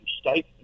state